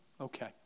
okay